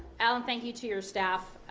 alan, thank you to your staff,